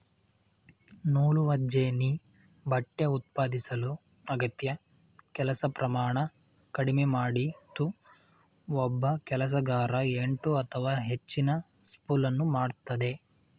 ನೂಲುವಜೆನ್ನಿ ಬಟ್ಟೆ ಉತ್ಪಾದಿಸಲು ಅಗತ್ಯ ಕೆಲಸ ಪ್ರಮಾಣ ಕಡಿಮೆ ಮಾಡಿತು ಒಬ್ಬ ಕೆಲಸಗಾರ ಎಂಟು ಅಥವಾ ಹೆಚ್ಚಿನ ಸ್ಪೂಲನ್ನು ಮಾಡ್ತದೆ